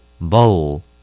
bowl